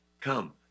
come